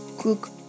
cook